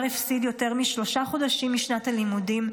בר הפסיד יותר משלושה חודשים משנת הלימודים,